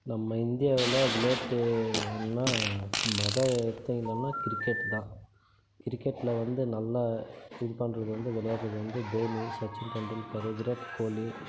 நம்ம இந்தியாவில் விளையாட்டுனால் மொதல் எடுத்தீங்களானா கிரிக்கெட் தான் கிரிக்கெட்டில் வந்து நல்லா இது பண்ணுறது வந்து விளையாடுவது வந்து தோனி சச்சின் டெண்டுல்கரு விராட் கோலி